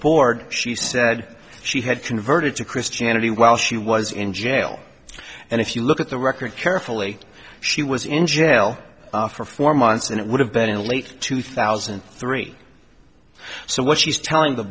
board she said she had converted to christianity while she was in jail and if you look at the record carefully she was in jail for four months and it would have been in late two thousand and three so what she's telling the